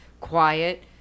quiet